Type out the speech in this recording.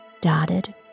dotted